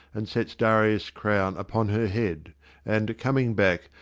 and sets darius' crown upon her head and, coming back,